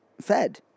fed